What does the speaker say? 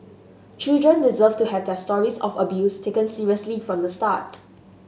children deserve to have their stories of abuse taken seriously from the start